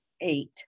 eight